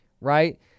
right